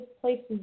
places